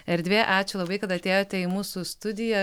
erdvė ačiū labai kad atėjote į mūsų studiją